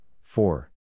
four